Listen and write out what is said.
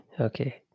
Okay